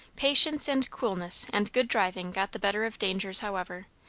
patience and coolness and good driving got the better of dangers however,